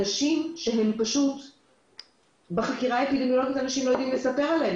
אנשים שבחקירה האפידמיולוגיות לא ידעו לספר עליהם,